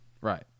Right